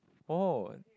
oh